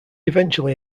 eventually